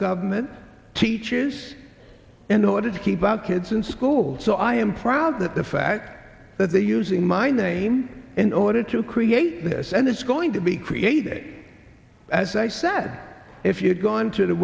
government teachers in order to keep our kids in school so i am proud that the fact that they're using my name in order to create this and it's going to be created as i said if you had gone to th